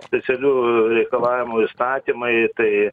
specialių reikalavimų įstatymai tai